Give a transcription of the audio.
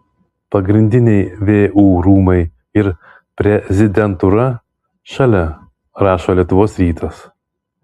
pagrindiniai vu rūmai ir prezidentūra šalia rašo lietuvos rytas